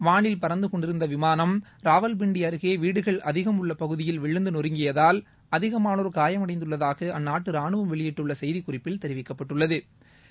வானில் பறந்து கொண்டிருந்த விமானம் ராவல்பிண்டி அருகே வீடுகள் அதிகம் உள்ள பகுதியில் விழுந்து நொறுங்கியதால் அதிகமானோா் காயமடைந்துள்ளதாக அந்நாட்டு ராணுவம் வெளியிட்டுள்ள கெய்தி குறிப்பில் தெரிவிக்கப்பட்டுள்ள்து